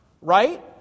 Right